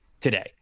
today